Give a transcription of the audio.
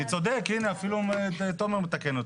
אני צודק, אפילו תומר מתקן אותי.